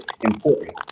important